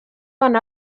bana